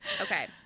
Okay